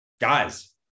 guys